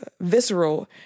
visceral